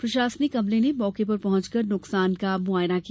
प्रशासनिक अमले ने मौके पर पहुंच कर नुकसान का मुआयना किया